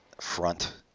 front